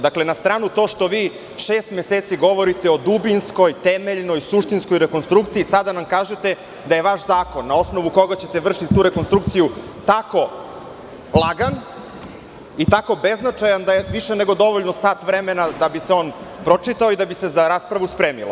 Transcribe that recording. Dakle, na stranu to što vi šest meseci govorite o dubinskoj, temeljnoj, suštinskoj rekonstrukciji, sada nam kažete da je vaš zakon na osnovu koga ćete vršiti tu rekonstrukciju tako lagan i tako beznačajan da je više nego dovoljno sat vremena da bi se on pročitao i da bi se za raspravu spremilo.